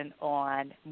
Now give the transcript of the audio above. on